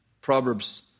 Proverbs